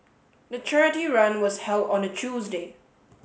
the charity run was held on a Tuesday